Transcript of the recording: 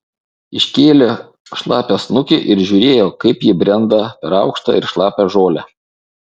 iškėlė šlapią snukį ir žiūrėjo kaip ji brenda per aukštą ir šlapią žolę